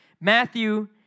Matthew